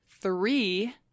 three